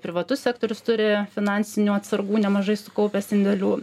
privatus sektorius turi finansinių atsargų nemažai sukaupęs indėlių